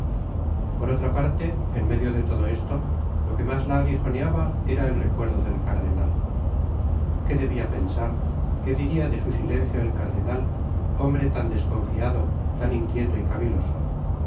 por otra parte en medio de todo esto lo que mas la aguijoneaba era el recuerdo del cardenal qué debia pensar qué diria de su silencio el cardenal hombre tan desconfiado tan inquieto y caviloso el